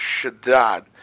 Shaddad